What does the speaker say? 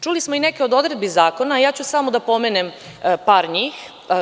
Čuli smo i neke od odredbi zakona a ja ću samo da pomenem par njih.